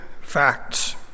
facts